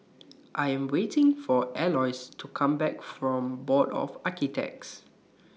I Am waiting For Aloys to Come Back from Board of Architects